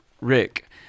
Rick